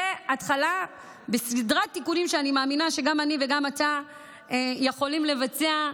זאת התחלה בסדרת תיקונים שאני מאמינה שגם אני וגם אתה יכולים לבצע,